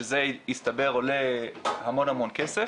שזה עולה המון המון כסף,